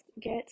get